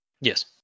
Yes